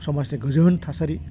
समाजनि गोजोन थासारि